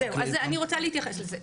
אז זהו, אני רוצה להתייחס לזה.